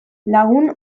lagun